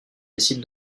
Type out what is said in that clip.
décide